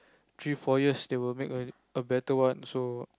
three four years they will make a better one